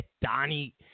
Donnie